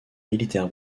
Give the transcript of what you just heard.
militaire